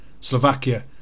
Slovakia